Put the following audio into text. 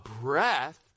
breath